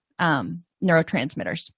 neurotransmitters